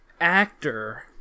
actor